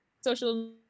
social